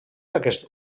aquest